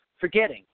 forgetting